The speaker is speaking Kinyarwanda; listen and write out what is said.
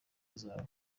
bazaba